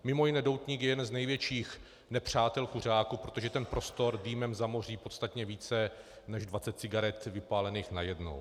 Mimo jiné doutník je jeden z největších nepřátel kuřáků, protože ten prostor dýmem zamoří podstatně více než 20 cigaret vypálených najednou.